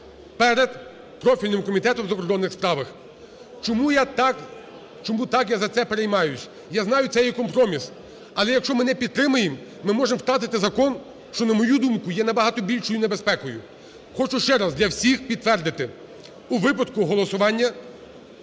перед профільним Комітетом у закордонних справах. Чому я так, чому так я за це переймаюсь? Я знаю, це є компроміс, але якщо ми не підтримаємо, ми можемо втратити закон, що на мою думку, є набагато більшою небезпекою. Хочу ще раз для всіх підтвердити, у випадку голосування